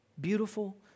beautiful